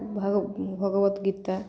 Bhagavata Gita